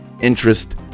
interest